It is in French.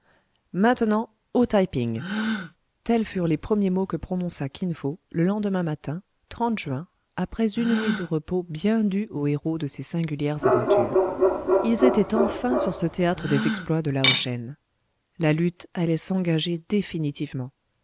maintenant au taï ping tels furent les premiers mots que prononça kin fo le lendemain matin juin après une nuit de repos bien due aux héros de ces singulières aventures ils étaient enfin sur ce théâtre des exploits de lao shen la lutte allait s'engager définitivement